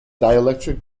dielectric